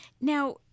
Now